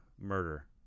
murder